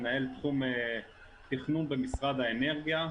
מנהל תחום תכנון במשרד האנרגיה,